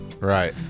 Right